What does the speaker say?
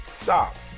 stop